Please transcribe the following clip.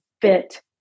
fit